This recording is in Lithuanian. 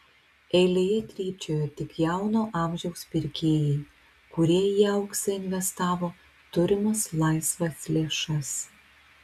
eilėje trypčiojo tik jauno amžiaus pirkėjai kurie į auksą investavo turimas laisvas lėšas